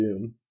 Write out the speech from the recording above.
doom